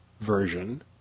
version